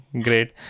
Great